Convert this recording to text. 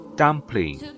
，dumpling